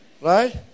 Right